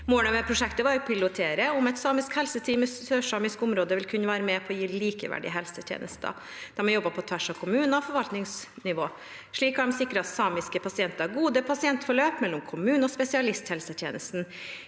Målet med prosjektet var å pilotere om et samisk helseteam i det sørsamiske området vil kunne være med på å gi likeverdige helsetjenester. De har jobbet på tvers av kommuner og forvaltningsnivå. Slik har de sikret samiske pasienter gode pasientforløp mellom kommune- og spesialisthelsetjenesten,